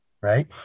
right